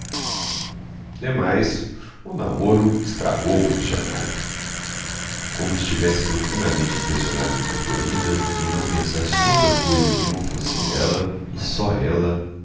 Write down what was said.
demais o namoro estragou o funcionário como estivesse profundamente impressionado por clorinda e não pensasse noutra coisa que não fosse ela e só ela